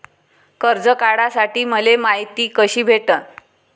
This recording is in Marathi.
कर्ज काढासाठी मले मायती कशी भेटन?